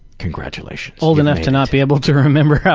congratulations. old enough to not be able to remember how